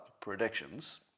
predictions